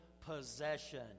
possession